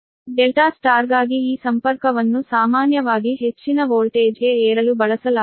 delta ಸ್ಟಾರ್ಗಾಗಿ ಈ ಸಂಪರ್ಕವನ್ನು ಸಾಮಾನ್ಯವಾಗಿ ಹೆಚ್ಚಿನ ವೋಲ್ಟೇಜ್ಗೆ ಏರಲು ಬಳಸಲಾಗುತ್ತದೆ